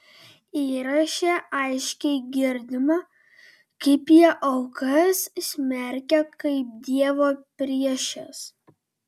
įraše aiškiai girdima kaip jie aukas smerkia kaip dievo priešes